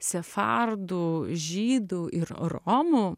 sefardų žydų ir romų